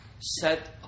set